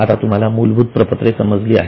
आता तुम्हाला मुलभूत प्रपत्रे समजली आहेत